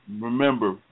remember